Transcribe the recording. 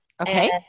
Okay